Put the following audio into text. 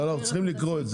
אנחנו צריכים לקרוא את זה.